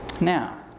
Now